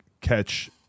catch